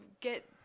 get